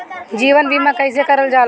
जीवन बीमा कईसे करल जाला?